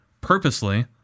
purposely